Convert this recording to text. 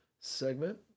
segment